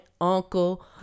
uncle